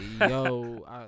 yo